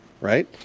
right